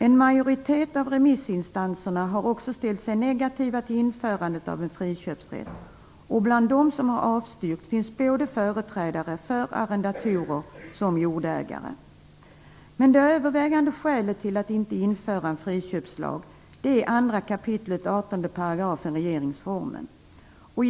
En majoritet av remissinstanserna har också ställt sig negativa till införandet av en friköpsrätt, och bland dem som har avstyrkt finns både företrädare för arrendatorer och jordägare. Det tyngst vägande skälet till att inte införa en friköpslag är 2 kap. 18 § regeringsformen.